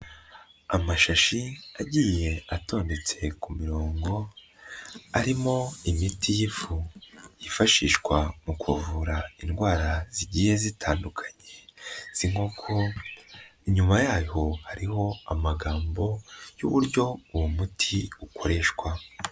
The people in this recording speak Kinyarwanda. Amashashi agiye atondetse ku mirongo arimo imiti y'ifu yifashishwa mu kuvura indwara zigiye zitandukanye z'inkoko, inyuma yaho hariho amagambo y'uburyo uwo muti ukoreshwa.